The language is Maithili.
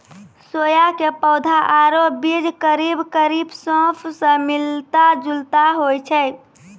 सोया के पौधा आरो बीज करीब करीब सौंफ स मिलता जुलता होय छै